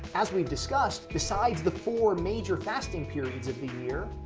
as we've discussed. besides the four major fasting periods of the year,